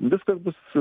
viskas bus